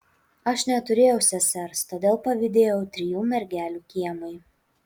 aš neturėjau sesers todėl pavydėjau trijų mergelių kiemui